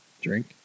Drink